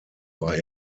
war